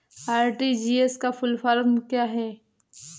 RTGS का full form क्या है?